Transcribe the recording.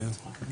שלום.